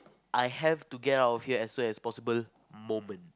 I have to get out of here as soon as possible moment